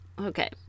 Okay